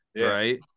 right